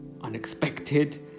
unexpected